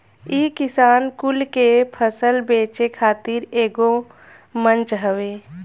इ किसान कुल के फसल बेचे खातिर एगो मंच हवे